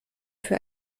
für